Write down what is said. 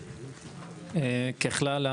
ככלל,